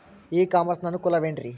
E commerce ನ ಅನುಕೂಲವೇನ್ರೇ?